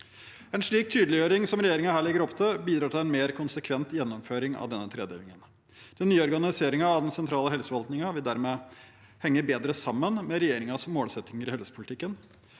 En slik tydeliggjøring som regjeringen her legger opp til, bidrar til en mer konsekvent gjennomføring av denne tredelingen. Den nye organiseringen av den sentrale helseforvaltningen vil dermed henge bedre sammen med regjeringens målsettinger i helsepolitikken.